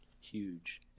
huge